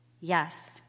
Yes